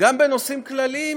גם בנושאים כלליים,